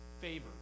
Favor